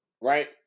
right